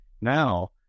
Now